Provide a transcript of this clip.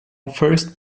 first